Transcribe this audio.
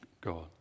God